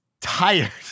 tired